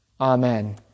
Amen